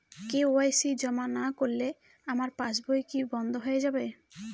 KYC জমা না করলে আমার পাসবই কি বন্ধ হয়ে যাবে?